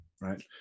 right